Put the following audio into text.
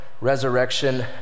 resurrection